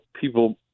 people –